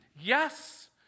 Yes